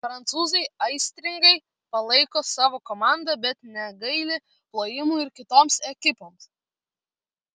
prancūzai aistringai palaiko savo komandą bet negaili plojimų ir kitoms ekipoms